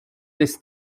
des